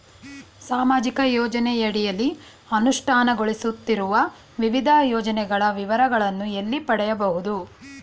ಸಾಮಾಜಿಕ ಯೋಜನೆಯ ಅಡಿಯಲ್ಲಿ ಅನುಷ್ಠಾನಗೊಳಿಸುತ್ತಿರುವ ವಿವಿಧ ಯೋಜನೆಗಳ ವಿವರಗಳನ್ನು ಎಲ್ಲಿ ಪಡೆಯಬಹುದು?